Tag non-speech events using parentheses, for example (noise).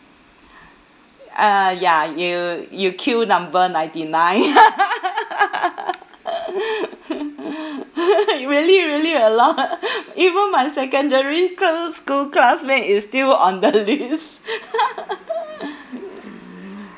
uh ya you you queue number ninety nine (laughs) really really a lot (laughs) even my secondary cla~ school classmate is still on the list (laughs) mm